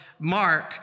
Mark